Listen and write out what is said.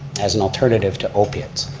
as an alternative to opiates.